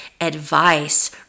advice